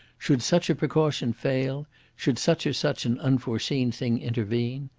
should such a precaution fail should such or such an unforeseen thing intervene,